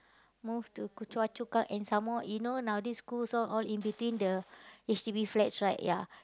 move to k~ Choa-Chu-Kang and some more you know nowadays schools all all between the H_D_B flats right ya